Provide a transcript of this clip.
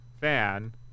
fan